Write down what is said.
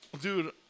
dude